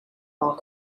all